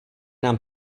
nám